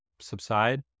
subside